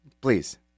please